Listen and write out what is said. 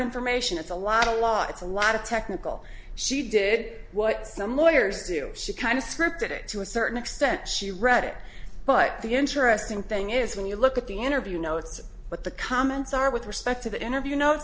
information it's a lot a lot it's a lot of technical she did what some lawyers do she kind of scripted it to a certain extent she read it but the interesting thing is when you look at the interview no it's what the comments are with respect to the interview